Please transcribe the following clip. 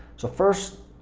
so first,